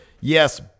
Yes